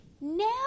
now